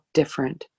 different